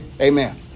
Amen